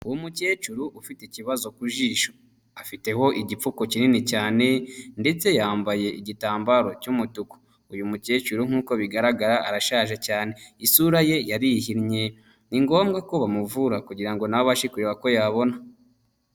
Uwo mukecuru ufite ikibazo ku jisho afiteho igipfuko kinini cyane ndetse yambaye igitambaro cy'umutuku, uyu mukecuru nkuko bigaragara arashaje cyane, isura ye yarihimye. Ni ngombwa ko bamuvura kugira ngo nawe abashe kureba ko yabona.